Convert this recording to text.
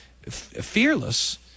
fearless